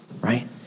right